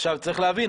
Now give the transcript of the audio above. עכשיו צריך להבין,